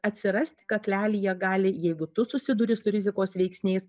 atsirasti kaklelyje gali jeigu tu susiduri su rizikos veiksniais